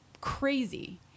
crazy